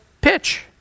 pitch